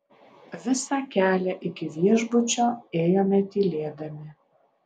visą kelią iki viešbučio ėjome tylėdami